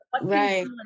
right